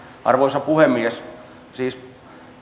arvoisa puhemies